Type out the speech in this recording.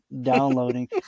downloading